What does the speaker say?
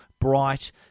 bright